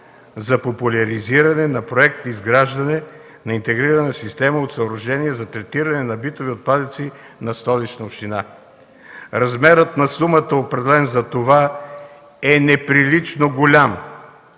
за популяризиране на Проект „Изграждане на интегрирана система от съоръжения за третиране на битови отпадъци на Столична община”. Размерът на сумата, определен за това, е неприлично голям,